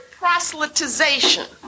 proselytization